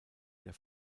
der